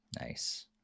Nice